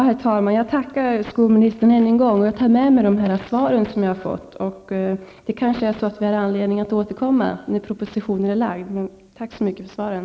Herr talman! Jag tackar skolministern än en gång, och jag tar med mig de svar jag har fått. Kanske får jag anledning att återkomma till den här frågan när propositionen har lagts fram. Tack så mycket för svaren!